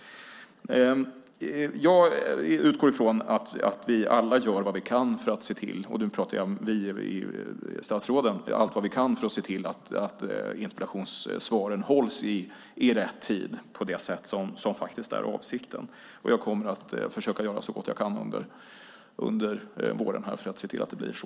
Jag utgår från att vi alla - och nu pratar jag om statsråden - gör allt vad vi kan för att se till att interpellationssvaren ges i rätt tid på det sätt som faktiskt är avsikten. Jag kommer att försöka göra så gott jag kan under våren för att se till att det blir så.